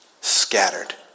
scattered